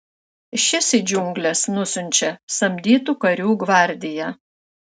šis į džiungles nusiunčia samdytų karių gvardiją